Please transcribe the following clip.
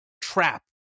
trap